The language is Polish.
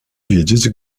wiedzieć